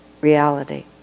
reality